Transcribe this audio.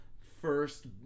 first